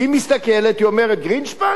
היא מסתכלת, היא אומרת: גרינשפן?